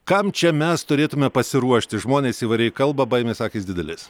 kam čia mes turėtume pasiruošti žmonės įvairiai kalba baimės akys didelės